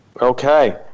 Okay